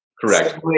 Correct